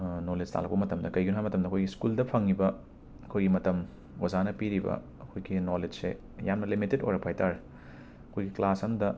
ꯅꯣꯂꯦꯁ ꯇꯥꯜꯂꯛꯄ ꯃꯇꯝꯗ ꯀꯩꯒꯤꯅꯣ ꯍꯥꯏꯕ ꯃꯇꯝꯗ ꯑꯩꯈꯣꯏ ꯁ꯭ꯀꯨꯜꯗ ꯐꯩꯉꯤꯕ ꯑꯩꯈꯣꯏꯒꯤ ꯃꯇꯝ ꯑꯣꯖꯥꯅ ꯄꯤꯔꯤꯕ ꯑꯩꯈꯣꯏꯒꯤ ꯅꯣꯂꯦꯖꯁꯦ ꯌꯥꯝꯅ ꯂꯤꯃꯤꯇꯦꯠ ꯑꯣꯏꯔꯛꯄ ꯍꯥꯏ ꯇꯥꯔꯦ ꯑꯩꯈꯣꯏ ꯀ꯭ꯂꯥꯁ ꯑꯝꯗ